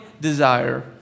desire